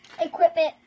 Equipment